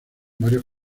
varios